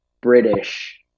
British